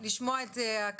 אני מבקשת לשמוע את מיכל,